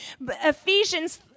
Ephesians